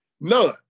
None